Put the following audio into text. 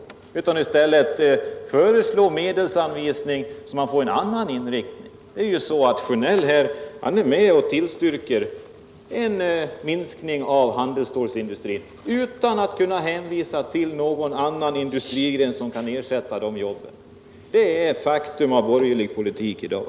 Riksdagen skall i stället föreslå medelsanvisningar, så att det blir en annan inriktning. Bengt Sjonell ärju med och tillstyrker en minskning av handelsstålsindustrin utan att kunna hänvisa till någon annan industrigren som ersätter de berörda jobben. Det är faktum när det gäller borgerlig politik i dag.